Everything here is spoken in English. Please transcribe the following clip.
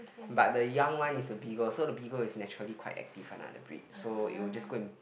but the young one is a Beagle so the Beagle is naturally quite active one lah the breed so it will just go and